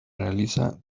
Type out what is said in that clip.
realiza